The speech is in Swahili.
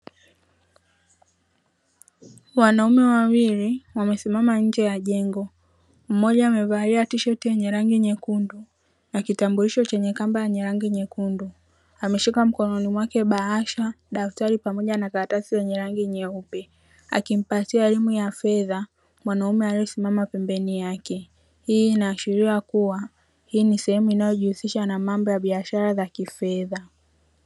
Wanaume wawili wamesimama nje ya jengo, mmoja amevalia tisheti yenye rangi nyekundu, na kitambulisho chenye kamba yenye rangi nyekundu, ameshika mkononi mwake bahasha, daftari pamoja na karatasi yenye rangi nyeupe, akimpatia elimu ya fedha mwanaume aliyesimama pembeni yake, hii inaashiria kuwa hii ni sehemu inayojihusisha na mambo ya kifedha.